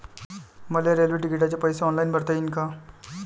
मले रेल्वे तिकिटाचे पैसे ऑनलाईन भरता येईन का?